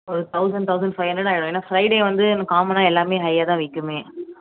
ஒரு thousand thousand five hundred ஆகிவிடும் ஏன்னால் ஃப்ரைடே வந்து காமனாக எல்லாமே ஹையாக தான் விற்குமே